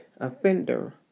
Offender